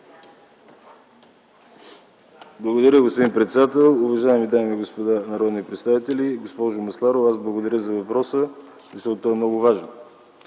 Благодаря, господин председател. Уважаеми дами и господа народни представители! Госпожо Масларова, аз благодаря за въпроса, защото той е много важен.